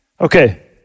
Okay